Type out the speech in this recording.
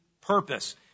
purpose